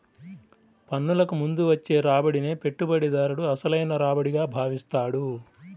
పన్నులకు ముందు వచ్చే రాబడినే పెట్టుబడిదారుడు అసలైన రాబడిగా భావిస్తాడు